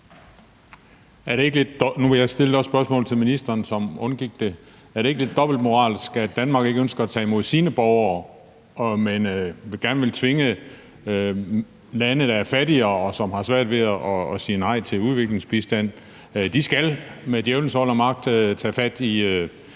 Er det ikke lidt dobbeltmoralsk, at Danmark ikke ønsker at tage imod sine borgere, men gerne vil tvinge lande, der er fattigere, og som har svært ved at sige nej til udviklingsbistand, til med djævlens vold og magt at tage